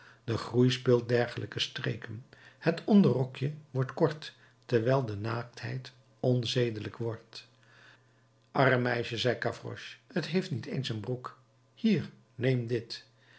de groei speelt dergelijke streken het onderrokje wordt kort terwijl de naaktheid onzedelijk wordt arm meisje zei gavroche t heeft niet eens een broek hier neem dit